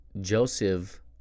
Joseph